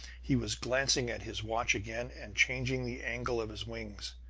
he was glancing at his watch again, and changing the angle of his wings.